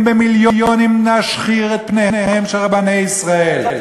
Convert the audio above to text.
במיליונים להשחיר את פניהם של רבני ישראל.